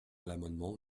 l’amendement